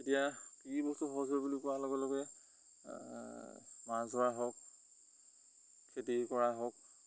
এতিয়া কি বস্তু সহজ হ'ল বুলি কোৱাৰ লগে লগে মাছ ধৰাই হওক খেতি কৰাই হওক